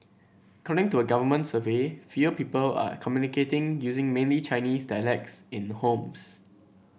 according to a government survey fewer people are communicating using mainly Chinese dialects in homes